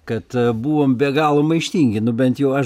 kad buvom be galo maištingi nu bent jau aš